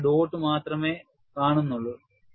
നിങ്ങൾ ഒരു ഡോട്ട് മാത്രമേ കാണുന്നുള്ളൂ